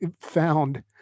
found